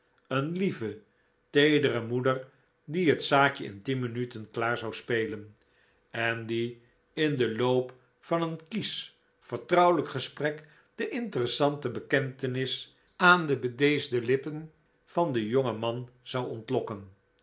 een lieve teedere moeder die het zaakje in tien minuten klaar zou spelen en die in den loop van een kiesch vertrouwelijk gesprek de interessante bekentenis aan de bedeesde uppen van den jongen man zou ontlokken